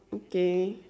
okay